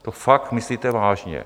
To fakt myslíte vážně?